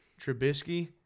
Trubisky